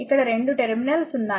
ఇక్కడ 2 టెర్మినల్స్ ఉన్నాయి